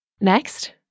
Next